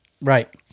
Right